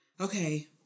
okay